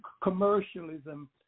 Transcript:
commercialism